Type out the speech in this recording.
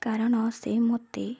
କାରଣ ସେ ମୋତେ